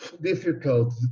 Difficult